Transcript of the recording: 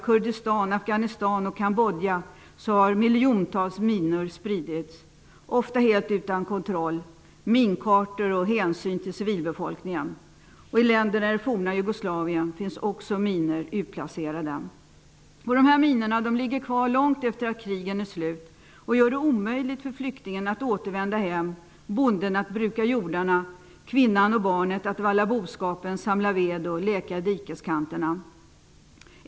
Kurdistan, Afganistan och Kambodja har miljontals minor spridits. Detta har ofta skett helt utan kontroll, minkartor och hänsyn till civilbefolkningen. I länderna i det forna Jugoslavien finns också minor utplacerade. Minorna ligger kvar långt efter att krigen är slut och gör det omöjligt för flyktingen att återvända hem, bonden att bruka jordarna, kvinnan och barnet att valla boskapen, samla ved och leka i dikeskanterna.